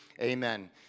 Amen